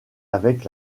avec